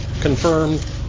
confirmed